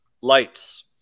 lights